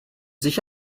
sich